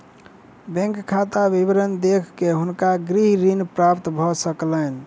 bank खाता विवरण देख के हुनका गृह ऋण प्राप्त भ सकलैन